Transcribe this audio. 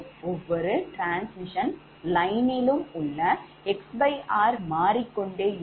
ஒவ்வொரு டிரான்ஸ்மிஷன் லைன்யிலும் உள்ள 𝑋𝑅 மாறிக்கொண்டே இருக்கும்